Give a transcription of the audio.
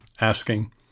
asking